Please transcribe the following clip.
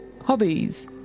hobbies